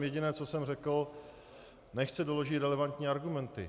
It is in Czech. Jediné, co jsem řekl, nechť se doloží relevantní argumenty.